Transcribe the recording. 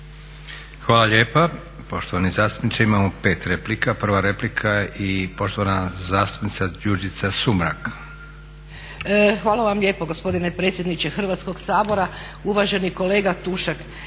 Hvala lijepa. Poštovani zastupniče imamo 5 replika. Prva replika i poštovana zastupnica Đurđica Sumrak. **Sumrak, Đurđica (HDZ)** Hvala vam lijepa gospodine predsjedniče Hrvatskoga sabora. Uvaženi kolega Tušak,